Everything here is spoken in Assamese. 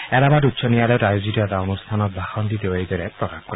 এলাহাবাদ উচ্চ ন্যায়ালয়ত আয়োজিত এটা অনুষ্ঠানত ভাষণ দি তেওঁ এইদৰে প্ৰকাশ কৰে